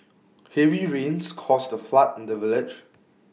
heavy rains caused A flood in the village